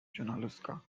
junaluska